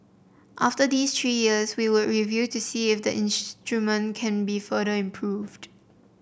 after these three years we would review to see if the instrument can be further improved